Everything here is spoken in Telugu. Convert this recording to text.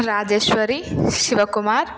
రాజేశ్వరి శివకుమార్